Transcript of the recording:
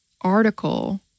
article